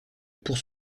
pour